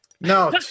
No